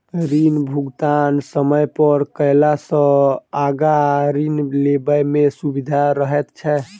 ऋण भुगतान समय पर कयला सॅ आगाँ ऋण लेबय मे सुबिधा रहैत छै